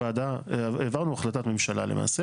העברנו החלטת ממשלה למעשה